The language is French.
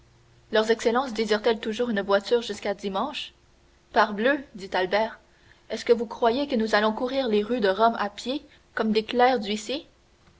leurs excellences désirent elles toujours une voiture jusqu'à dimanche parbleu dit albert est-ce que vous croyez que nous allons courir les rues de rome à pied comme des clercs d'huissier